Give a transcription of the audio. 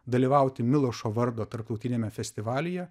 dalyvauti milošo vardo tarptautiniame festivalyje